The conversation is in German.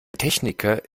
techniker